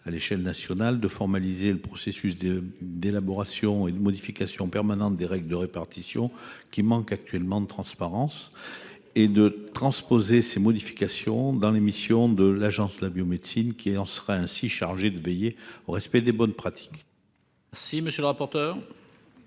à l'échelle nationale, de formaliser le processus d'élaboration et de modification permanente des règles de répartition, qui manque actuellement de transparence, et de transposer ces modifications dans les missions de l'Agence de la biomédecine, qui serait ainsi chargée de veiller au respect des bonnes pratiques. Quel est l'avis de